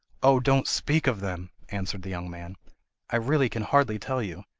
oh, don't speak of them answered the young man i really can hardly tell you.